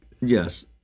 Yes